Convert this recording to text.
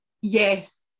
Yes